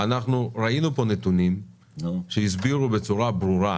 ראינו פה נתונים שהסבירו בצורה ברורה,